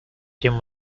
jim